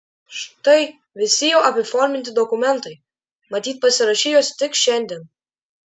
štai visi jau apiforminti dokumentai matyt pasirašei juos tik šiandien